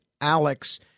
Alex